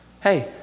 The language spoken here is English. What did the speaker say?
Hey